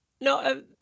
No